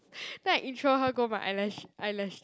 then I intro her go my eyelash eyelash